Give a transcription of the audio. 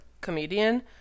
comedian